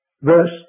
verse